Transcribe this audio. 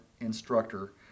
instructor